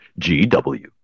GW